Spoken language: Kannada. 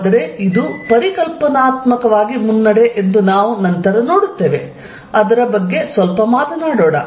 ಆದರೆ ಇದು ಪರಿಕಲ್ಪನಾತ್ಮಕವಾಗಿ ಮುನ್ನಡೆ ಎಂದು ನಾವು ನಂತರ ನೋಡುತ್ತೇವೆ ಅದರ ಬಗ್ಗೆ ಸ್ವಲ್ಪ ಮಾತನಾಡೋಣ